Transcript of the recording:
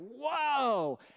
whoa